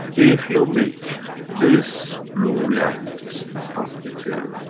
if you make this blue reactors of deuterium